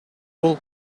бул